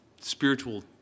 spiritual